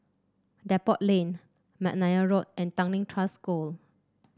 Depot Lane McNair Road and Tanglin Trust School